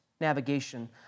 navigation